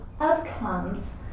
outcomes